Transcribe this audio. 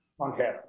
Okay